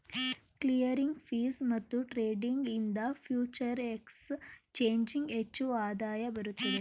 clearing fees ಮತ್ತು trading ಇಂದ ಫ್ಯೂಚರೆ ಎಕ್ಸ್ ಚೇಂಜಿಂಗ್ ಹೆಚ್ಚು ಆದಾಯ ಬರುತ್ತದೆ